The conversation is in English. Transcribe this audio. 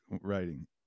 writing